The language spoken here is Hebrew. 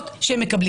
החוק לא תיקן